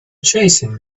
chasing